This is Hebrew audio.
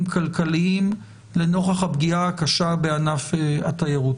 כלכליים לנוכח הפגיעה הקשה בענף התיירות.